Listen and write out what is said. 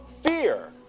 fear